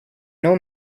know